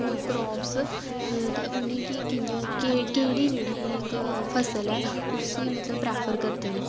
crops ते उ'नेंगी कि'यां केह्ड़ी जेह्ड़ी इक फसल ऐ उसी मतलब प्रैफर करदे न